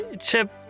Chip